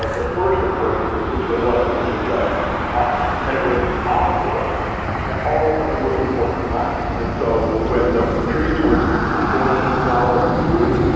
ah the first, of course, is that the weather was just awful, and it was awful at all of the most important times and so when the trees were going from flower to fruit,